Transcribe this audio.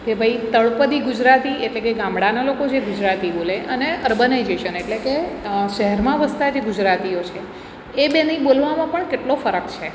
કે ભાઈ તળપદી ગુજરાતી એટલે કે ગામડાના લોકો જે ગુજરાતી બોલે અને અર્બનાઈઝેશન એટલે કે શહેરમાં વસતા જે ગુજરાતીઓ છે એ બેની બોલવામાં પણ કેટલો ફરક છે